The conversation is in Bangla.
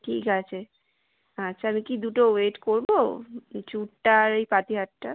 ঠিক আছে আচ্ছা আমি কি দুটো ওয়েট করবো চূূড়টা আর এই পাতিহারটা